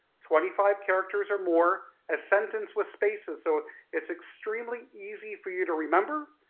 twenty five characters or more, a sentence with spaces. so it's extremely easy for you to remember,